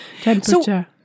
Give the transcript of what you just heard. temperature